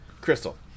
Crystal